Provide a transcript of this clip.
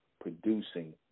producing